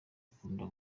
ukunda